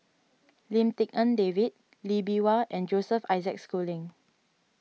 Lim Tik En David Lee Bee Wah and Joseph Isaac Schooling